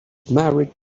married